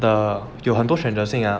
的有很多选择性 ah